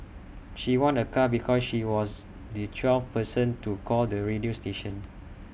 she won A car because she was the twelfth person to call the radio station